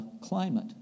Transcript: climate